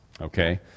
Okay